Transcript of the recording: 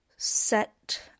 set